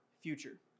future